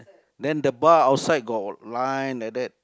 then the bar outside got line like that